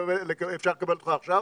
אפשר לקבל אותך עכשיו?